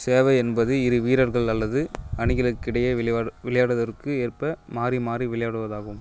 சேவை என்பது இரு வீரர்கள் அல்லது அணிகளுக்கிடையே விளையாடுவதற்கு ஏற்ப மாறி மாறி விளையாடுவதாகும்